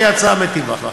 שהיא הצעה מיטיבה.